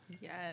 Yes